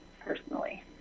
personally